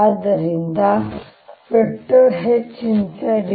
ಆದ್ದರಿಂದ Hinside 0 ಆಗಿರುತ್ತದೆ